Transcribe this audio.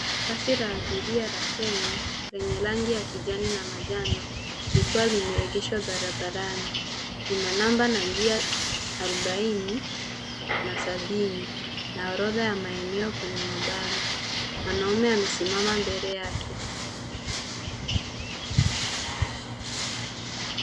Basi la abiria la Kenya, lenye rangi ya kijani na manjano, likiwa limeegeshwa barabarani ina namba na njia arobaini na sabini na orodha ya maeneo kwenye mabango. Mwanaume amesimama mbele yake.